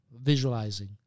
visualizing